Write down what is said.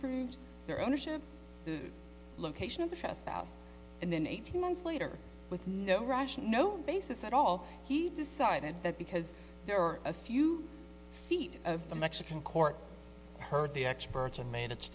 proves their ownership location of the trespass and then eighteen months later with no rush no basis at all he decided that because there are a few feet of the mexican court heard the experts and made